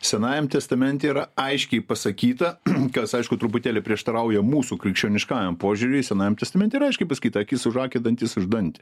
senajam testamente yra aiškiai pasakyta kas aišku truputėlį prieštarauja mūsų krikščioniškajam požiūriui senajam testamente yra aiškiai pasakyta akis už akį dantis už dantį